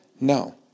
No